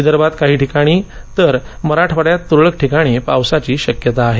विदर्भात काही ठिकाणी तर मराठवाड्यात तुरळक ठिकाणी पावसाची शक्यता आहे